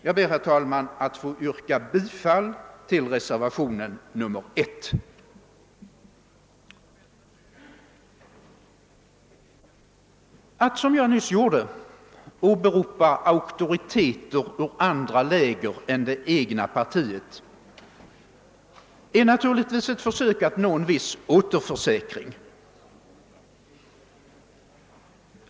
Jag ber, herr talman, att få yrka bifall till reservationen 1. Att som jag nyss gjorde åberopa auktoriteter ur andra läger än det egna partiet är naturligtvis ett försök att nå en viss återförsäkring.